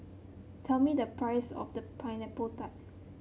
tell me the price of the Pineapple Tart